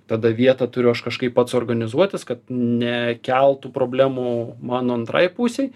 tada vietą turiu aš kažkaip pats organizuotis kad nekeltų problemų mano antrai pusei